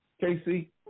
Casey